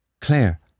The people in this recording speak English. Claire